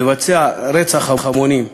לבצע רצח המונים,